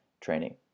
training